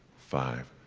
five,